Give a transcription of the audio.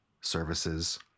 services